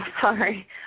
sorry